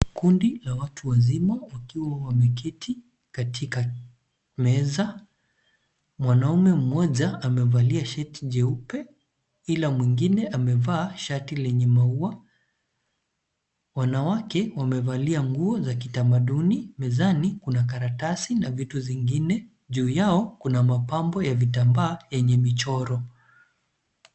Kundi la watu wazima wakiwa wameketi katika meza. Mwanaume mmoja amevalia shati jeupe ila mwingine amevaa shati lenye maua. Wanawake wamevalia nguo za kitamaduni. Mezani kuna karatasi na viti zingine. Juu yao, kuna mapambo ya vitambaa yenye michoro.